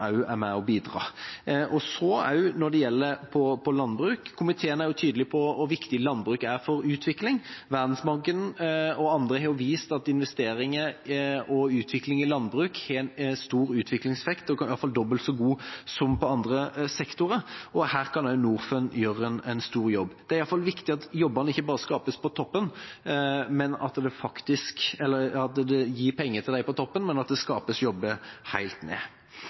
er med og bidrar. Når det gjelder landbruk, er komiteen tydelig på hvor viktig landbruk er for utvikling. Verdensbanken og andre har vist at investeringer og utvikling i landbruk har stor utviklingseffekt – i hvert fall dobbelt så god som på andre sektorer. Her kan også Norfund gjøre en stor jobb. Det er i alle fall viktig at jobbene ikke bare gir penger til dem på toppen, men at det skapes jobber helt ned. Det